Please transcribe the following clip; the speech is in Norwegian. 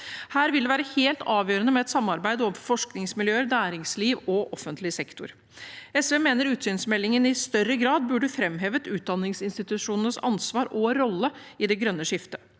Her vil det være helt avgjørende med et samarbeid mellom forskningsmiljøer, næringsliv og offentlig sektor. SV mener utsynsmeldingen i større grad burde framhevet utdanningsinstitusjonenes ansvar og rolle i det grønne skiftet.